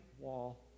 wall